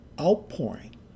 Outpouring